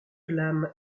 l’âme